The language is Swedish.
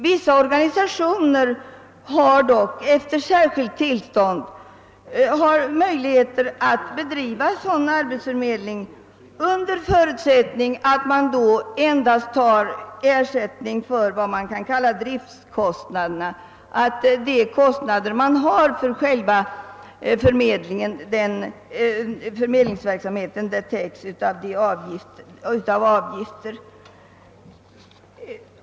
Vissa organisationer har dock efter särskilt tillstånd möj lighet att bedriva sådan arbetsförmed-. ling, under förutsättning att de endast: tar ersättning för vad man kan kalla driftkostnader. Det är alltså bara kostnaderna för själva förmedlingsverksamheten som får täckas av avgifter.